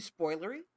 spoilery